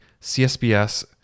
CSBS